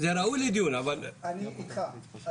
אני איתך,